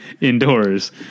indoors